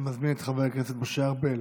אני מזמין את חבר הכנסת משה ארבל